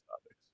topics